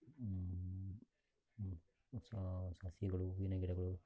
ಹೊಸ ಸಸಿಗಳು ಹೂವಿನ ಗಿಡಗಳು